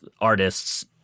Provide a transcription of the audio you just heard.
artists